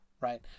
right